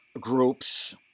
groups